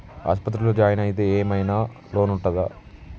ఆస్పత్రి లో జాయిన్ అయితే ఏం ఐనా లోన్ ఉంటదా?